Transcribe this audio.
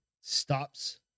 stops